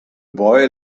boy